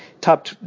top –